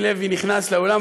מיקי לוי נכנס לאולם.